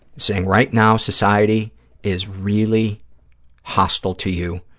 saying right now society is really hostile to you,